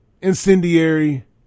incendiary